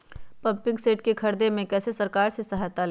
Pumping set के ख़रीदे मे कैसे सरकार से सहायता ले?